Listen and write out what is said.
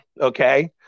Okay